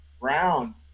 round